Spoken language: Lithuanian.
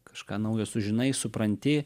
kažką naujo sužinai supranti